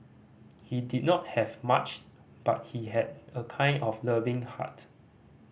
he did not have much but he had a kind and loving heart